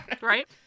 right